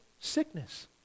sickness